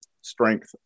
strength